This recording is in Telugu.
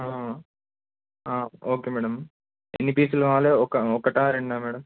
ఓకే మ్యాడమ్ ఎన్ని పీసులు కావాలి ఒక ఒకటా రెండా మ్యాడమ్